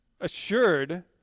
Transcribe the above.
assured